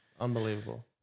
unbelievable